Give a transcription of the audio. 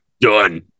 done